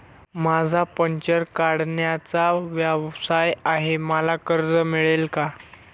माझा पंक्चर काढण्याचा व्यवसाय आहे मला कर्ज मिळेल का?